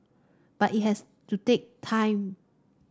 but it has to take time